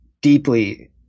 deeply